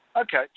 Okay